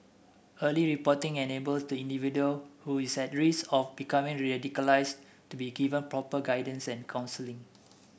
early reporting enable the individual who is at risk of becoming radicalised to be given proper guidance and counselling